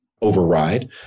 override